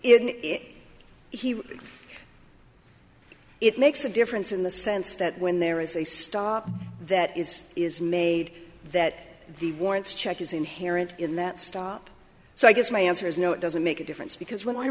if he it makes a difference in the sense that when there is a stop that is is made that the warrants check is inherent in that stop so i guess my answer is no it doesn't make a difference because wh